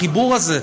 החיבור הזה,